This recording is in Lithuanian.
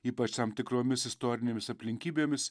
ypač tam tikromis istorinėmis aplinkybėmis